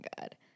God